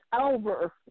over